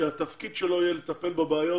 שהתפקיד שלו יהיה לטפל בבעיות